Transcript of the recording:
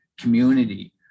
community